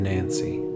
Nancy